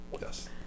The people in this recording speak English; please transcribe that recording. yes